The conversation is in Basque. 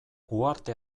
uharte